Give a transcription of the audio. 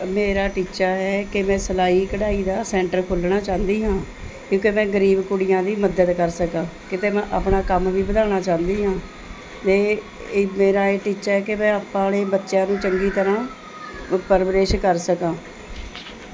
ਮੇਰਾ ਟੀਚਾ ਹੈ ਕਿ ਮੈਂ ਸਿਲਾਈ ਕਢਾਈ ਦਾ ਸੈਂਟਰ ਖੋਲ੍ਹਣਾ ਚਾਹੁੰਦੀ ਹਾਂ ਕਿਉਂਕਿ ਮੈਂ ਗਰੀਬ ਕੁੜੀਆਂ ਦੀ ਮਦਦ ਕਰ ਸਕਾਂ ਕਿਤੇ ਮੈਂ ਆਪਣਾ ਕੰਮ ਵੀ ਵਧਾਉਣਾ ਚਾਹੁੰਦੀ ਹਾਂ ਅਤੇ ਇਹ ਮੇਰਾ ਇਹ ਟੀਚਾ ਏ ਕਿ ਆਪਣੇ ਬੱਚਿਆਂ ਨੂੰ ਚੰਗੀ ਤਰ੍ਹਾਂ ਅ ਪਰਵਰਿਸ਼ ਕਰ ਸਕਾਂ